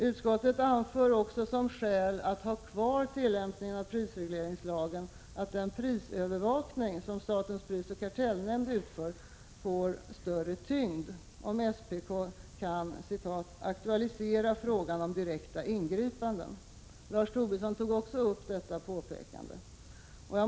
Utskottet anför också som skäl att ha kvar tillämpningen av prisregleringslagen att den prisövervakning som statens prisoch kartellnämnd utför ”får större tyngd” om SPK kan ”aktualisera frågan om direkta ingripanden”. Lars Tobisson tog upp också detta påpekande.